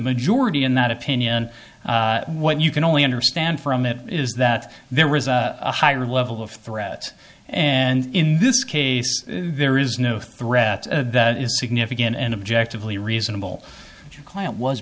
majority in that opinion what you can only understand from it is that there is a higher level of threat and in this case there is no threat that is significant and objectively reasonable client was